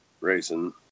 racing